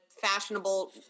fashionable